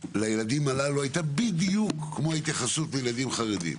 לילדים הללו הייתה בדיוק כמו ההתייחסות לילדים חרדים.